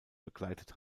bekleidet